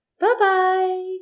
Bye-bye